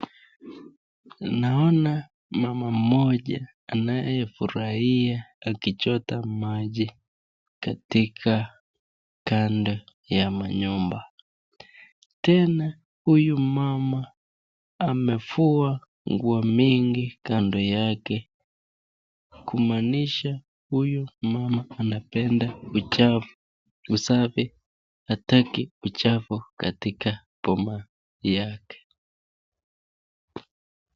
Naona mama mmoja anayefurahia akichota maji katika kando ya manyumba, tena huyu mama amefua nguo mingi kando yake kumanisha huyu mama anapenda usafi hataki uchafu katika boma yake.